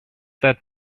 that